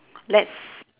let's